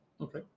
Okay